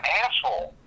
asshole